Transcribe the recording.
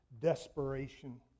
desperation